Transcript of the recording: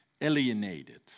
alienated